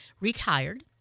retired